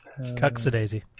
CucksaDaisy